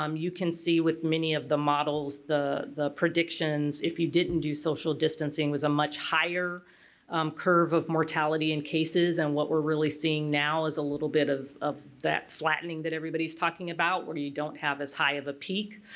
um you can see with many of the models, the the predictions if you didn't do social distancing was a much higher curve of mortality in cases and what we're really seeing now is a little bit of of that flattening that everybody's talking about where you don't have as high of a peak